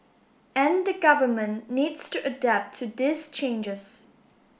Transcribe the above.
and the government needs to adapt to these changes